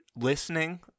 listening